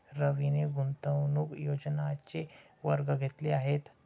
रवीने गुंतवणूक नियोजनाचे वर्ग घेतले आहेत